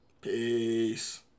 Peace